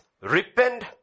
Repent